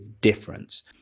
difference